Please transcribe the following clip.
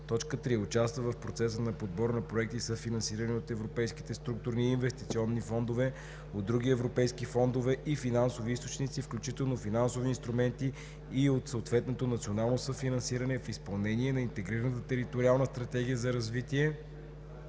2; 3. участва в процеса на подбор на проекти, съфинансирани от Европейските структурни и инвестиционни фондове от други европейски фондове и финансови източници, включително финансови инструменти и от съответното национално съфинансиране в изпълнение на интегрираната териториална стратегия за развитие